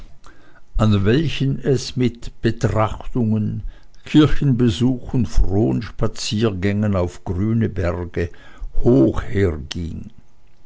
an welchen es mit betrachtungen kirchenbesuch und frohen spaziergängen auf grüne berge hoch herging